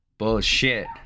Bullshit